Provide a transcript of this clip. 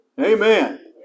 amen